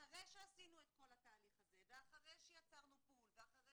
אחרי שעשינו את כל התהליך הזה ואחרי שיצרנו פול ואחרי